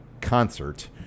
concert